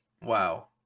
Wow